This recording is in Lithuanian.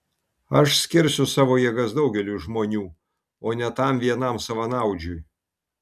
aš skirsiu savo jėgas daugeliui žmonių o ne tam vienam savanaudžiui